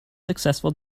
successful